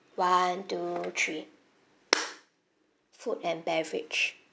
one two three food and beverage